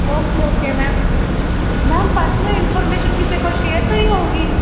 okay okay ma'am ma'am personal information ਕਿਸੇ ਕੋਲ share ਤਾਂ ਨਹੀਂ ਹੋਊਗੀ